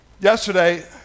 Yesterday